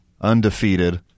undefeated